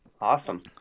Awesome